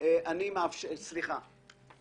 אין צורך לומר שכולנו יודעים מאיפה מגיעות הסיגריות האלה,